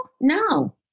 No